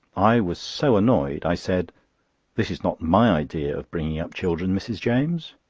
i was so annoyed, i said that is not my idea of bringing up children, mrs. james.